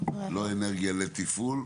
לא אנרגיה לתפעול?